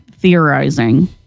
theorizing